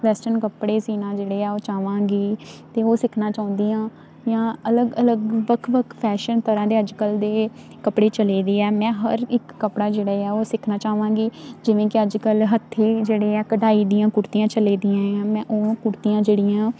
western ਕੱਪੜੇ ਸਿਓਣਾ ਜਿਹੜੇ ਆ ਉਹ ਚਾਹਵਾਂਗੀ ਅਤੇ ਉਹ ਸਿੱਖਣਾ ਚਾਹੁੰਦੀ ਹਾਂ ਜਾਂ ਅਲਗ ਅਲਗ ਵੱਖ ਵੱਖ ਫੈਸ਼ਨ ਤਰ੍ਹਾਂ ਦੇ ਅੱਜ ਕੱਲ੍ਹ ਦੇ ਕੱਪੜੇ ਚਲੇ ਦੇ ਆ ਮੈਂ ਹਰ ਇੱਕ ਕੱਪੜਾ ਜਿਹੜਾ ਹੈ ਉਹ ਸਿੱਖਣਾ ਚਾਹਵਾਂਗੀ ਜਿਵੇਂ ਕਿ ਅੱਜ ਕੱਲ੍ਹ ਹੱਥੀਂ ਜਿਹੜੇ ਆ ਕਢਾਈ ਦੀਆਂ ਕੁੜਤੀਆਂ ਚਲਦੀਆਂ ਹੈ ਮੈਂ ਉਹ ਕੁੜਤੀਆਂ ਜਿਹੜੀਆਂ